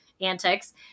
Antics